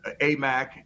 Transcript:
AMAC